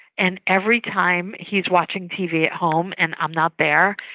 and every time he is watching tv at home and i'm not there,